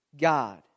God